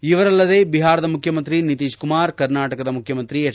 ಇವರಲ್ಲದೆ ಬಿಹಾರದ ಮುಖ್ಯಮಂತ್ರಿ ನಿತೀತ್ ಕುಮಾರ್ ಕರ್ನಾಟಕದ ಮುಖ್ಯಮಂತ್ರಿ ಎಚ್